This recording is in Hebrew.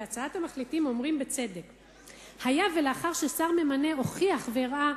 בהצעת המחליטים אומרים בצדק: "היה ולאחר ששר הממנה הוכיח והראה,